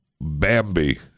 Bambi